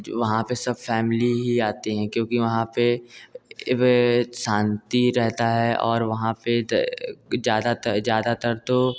वहाँ पर सब फ़ैमिली ही आते हैं क्योंकि वहाँ पर एक शांति रहती है और वहाँ पर ज़्यादातर ज़्यादातर तो